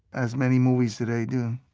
as many movies today do